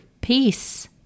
Peace